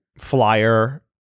flyer